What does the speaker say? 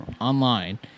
online